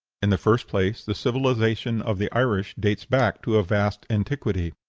in the first place, the civilization of the irish dates back to a vast antiquity.